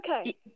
Okay